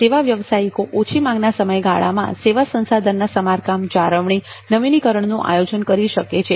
સેવા વ્યવસાયિકો ઓછી માંગના સમયગાળામાં સેવા સંસાધનના સમારકામ જાળવણી અને નવીનીકરણનું આયોજન કરી શકે છે